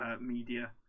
media